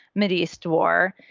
mideast war,